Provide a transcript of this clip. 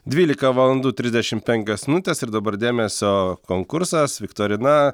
dvylika valandų trisdešim penkios minutės ir dabar dėmesio konkursas viktorina